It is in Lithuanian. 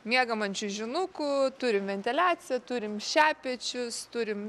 miegam ant čiužinukų turim ventiliaciją turim šepečius turim